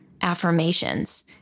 affirmations